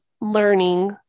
learning